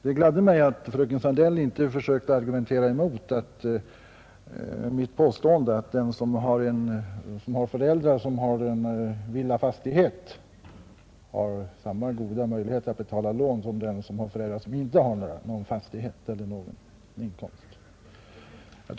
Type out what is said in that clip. Det gladde mig att fröken Sandell inte försökte argumentera mot mitt påstående att de elever vilkas föräldrar har en villafastighet har lika goda möjligheter att betala tillbaka lån som de elever vilkas föräldrar inte har någon fastighet eller inkomst.